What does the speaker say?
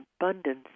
abundance